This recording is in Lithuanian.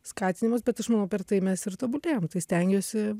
skatinimas bet aš manau per tai mes ir tobulėjam tai stengiuosi